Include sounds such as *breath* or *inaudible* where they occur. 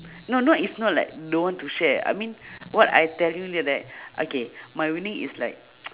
no not it's not like don't want to share I mean *breath* what I telling you right okay my winning is like *noise*